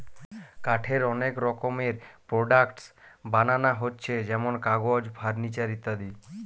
কাঠের অনেক রকমের প্রোডাক্টস বানানা হচ্ছে যেমন কাগজ, ফার্নিচার ইত্যাদি